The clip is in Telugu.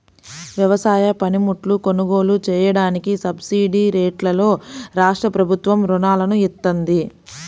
వ్యవసాయ పనిముట్లు కొనుగోలు చెయ్యడానికి సబ్సిడీరేట్లలో రాష్ట్రప్రభుత్వం రుణాలను ఇత్తంది